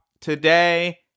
Today